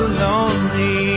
lonely